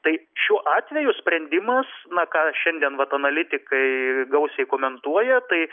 tai šiuo atveju sprendimas na ką šiandien vat analitikai gausiai komentuoja tai